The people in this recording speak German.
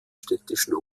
städtischen